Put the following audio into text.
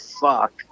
fuck